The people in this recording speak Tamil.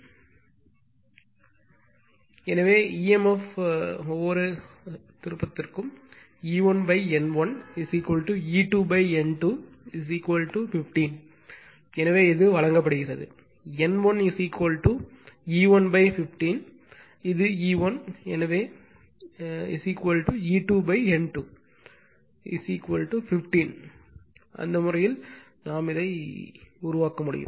E1 எனவே emf per turn E1 N1 E2 N2 15 எனவே இது வழங்கப்படுகிறது N1 E1 15 இது E1 எனவே E2 N2 15 அந்த வழியில் அதை உருவாக்க முடியும்